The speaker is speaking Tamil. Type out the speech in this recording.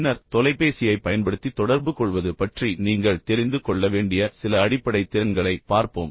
பின்னர் தொலைபேசியைப் பயன்படுத்தி தொடர்புகொள்வது பற்றி நீங்கள் தெரிந்து கொள்ள வேண்டிய சில அடிப்படை திறன்களை பார்ப்போம்